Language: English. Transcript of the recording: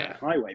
highway